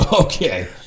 Okay